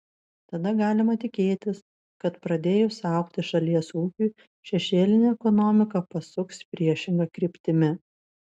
tada galima tikėtis kad pradėjus augti šalies ūkiui šešėlinė ekonomika pasuks priešinga kryptimi